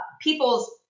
people's